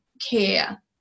care